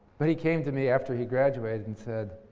but he came to me after he graduated and said,